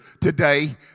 today